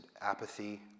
apathy